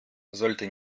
sollte